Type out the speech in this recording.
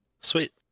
Sweet